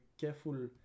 careful